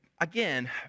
Again